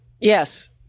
yes